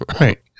Right